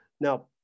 Now